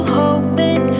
hoping